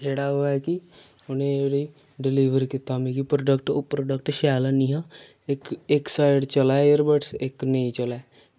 जेह्ड़ा ओह् ऐ की मेरे डिलीवर कीता मिगी जेह्ड़ा प्रोडक्ट ओह् शैल हैनी हा इक्क साईड चलै ईयरबर्डस इक्क साईड नेईं चलै